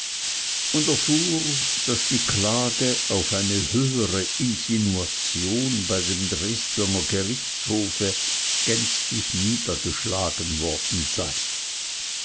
und erfuhr daß die klage auf eine höhere insinuation bei dem dresdner gerichtshofe gänzlich niedergeschlagen worden sei